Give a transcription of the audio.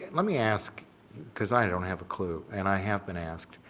let me ask cause i don't have a clue and i have been asked.